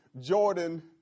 Jordan